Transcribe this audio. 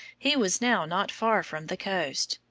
he was now not far from the coast,